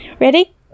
Ready